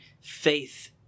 faith